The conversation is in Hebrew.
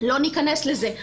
לא ניכנס לזה.